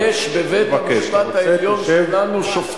אם אתה רוצה תשב,